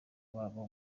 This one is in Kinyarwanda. babo